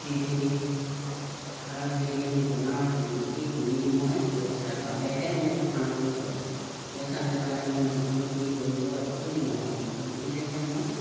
সেইখিনি আৰু সেইখিনি বেমাৰত বিকি কিনি মই পইচা পালেহে মোৰ কামটো চলে পইচা নেপালে মই বিকি কিনি কৰিব একোৱেই নোৱাৰোঁ বিকিলেহে মোৰ